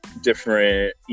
Different